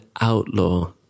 outlaw